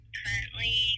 currently